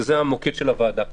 שזה המוקד של הוועדה הזאת.